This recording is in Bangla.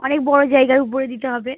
অনেক বড়ো জায়গার উপরে দিতে হবে